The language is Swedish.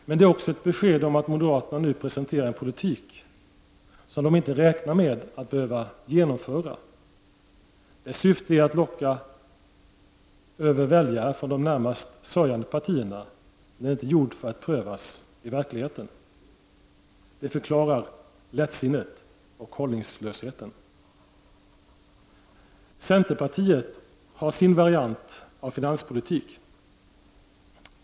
Det är också ett besked om att moderaterna nu presenterar en politik som de inte räknar med att behöva genomföra. Dess syfte är att locka över väljare från de närmast sörjande partierna, men det är inte gjort för att prövas i verkligheten. Det förklarar lättsinnet och hållningslösheten. Centerpartiet har sin variant av finanspolitik.